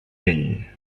bell